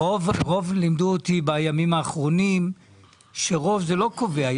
לימדו אותי בימים האחרונים שרוב לא קובע.